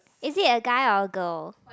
is it a guy or a girl